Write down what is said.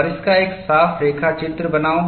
और इस का एक साफ रेखाचित्र बनाओ